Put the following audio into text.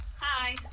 Hi